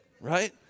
right